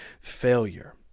failure